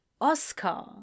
Oscar